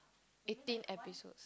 eighteen episode